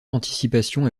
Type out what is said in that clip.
d’anticipation